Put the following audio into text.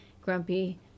grumpy